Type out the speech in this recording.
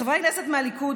חברי הכנסת מהליכוד,